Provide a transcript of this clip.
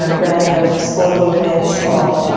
ah banning of sporting events, of